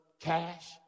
cash